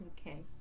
Okay